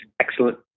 excellent